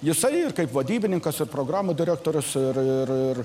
jisai ir kaip vadybininkas ar programų direktorius ir ir ir